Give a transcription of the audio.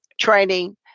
Training